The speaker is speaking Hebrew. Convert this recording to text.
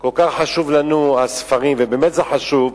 כל כך חשובים לנו הספרים, ובאמת זה חשוב,